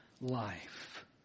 life